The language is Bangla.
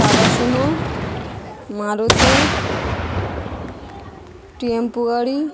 টাটা সুমো মারুতি টেম্পো গাড়ি